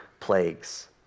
plagues